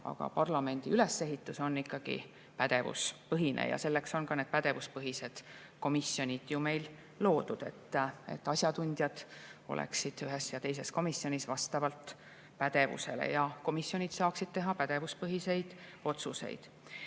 Aga parlamendi ülesehitus on ikkagi pädevuspõhine ja selleks on ka need pädevuspõhised komisjonid ju meil loodud, et asjatundjad oleksid ühes ja teises komisjonis vastavalt pädevusele ja et komisjonid saaksid teha pädevuspõhiseid otsuseid. Kui